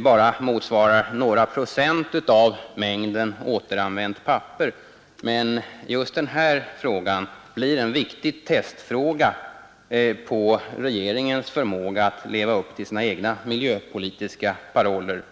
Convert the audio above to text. bara motsvarar några procent av mängden återanvänt papper, men just den frågan blir en viktig testfråga på regeringens förmåga att leva upp till sina egna miljöpolitiska paroller.